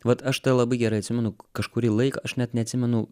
vat aš tai labai gerai atsimenu kažkurį laiką aš net neatsimenu